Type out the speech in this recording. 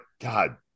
God